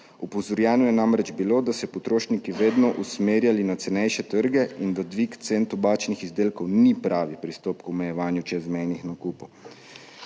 Opozorjeno je namreč bilo, da so se potrošniki vedno usmerjali na cenejše trge in da dvig cen tobačnih izdelkov ni pravi pristop k omejevanju čezmejnih nakupov.